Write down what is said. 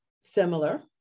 similar